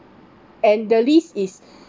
and the list is